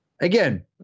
again